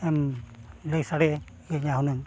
ᱮᱢ ᱞᱟᱹᱭ ᱥᱟᱰᱮ ᱤᱧᱟ ᱦᱩᱱᱟᱹᱝ